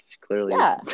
clearly